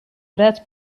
brad